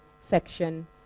section